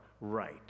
right